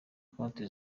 konti